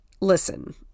Listen